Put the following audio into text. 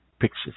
pictures